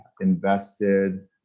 invested